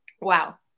Wow